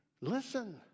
Listen